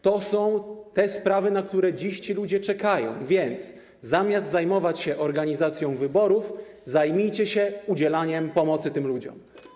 To są te sprawy, na które dziś ci ludzie czekają, więc zamiast zajmować się organizacją wyborów, zajmijcie się udzielaniem pomocy tym ludziom.